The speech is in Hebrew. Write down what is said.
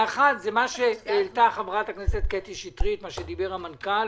האחת היא מה שהעלתה חברת הכנסת קטי שטרית ומה שדיבר המנכ"ל,